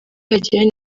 yagirana